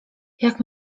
jak